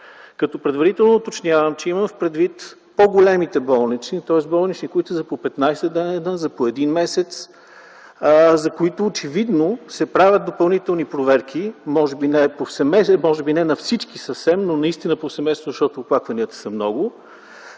Предварително уточнявам, че имам предвид по-големите болнични – за по 15 дни, за по един месец, за които очевидно се правят допълнителни проверки (може би не на всички, но наистина повсеместно, защото оплакванията са много).